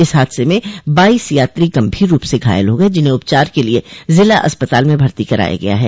इस हादसे में बाइस यात्रो गम्भीर रूप से घायल हो गये जिन्हे उपचार के लिए जिला अस्पताल में भर्ती कराया गया है